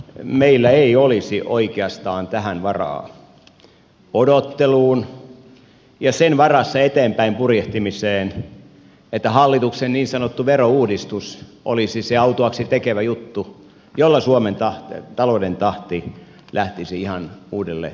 meillä ei olisi oikeastaan varaa odotteluun ja sen varassa eteenpäin purjehtimiseen että hallituksen niin sanottu verouudistus olisi se autuaaksi tekevä juttu jolla suomen talouden tahti lähtisi ihan uudelle tasolle